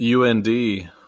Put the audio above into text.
UND